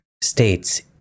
states